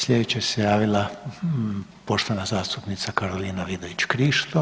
Sljedeća se javila poštovana zastupnica Karolina Vidović Krišto.